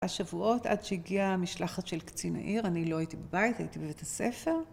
השבועות עד שהגיעה המשלחת של קצין העיר, אני לא הייתי בבית, הייתי בבית הספר.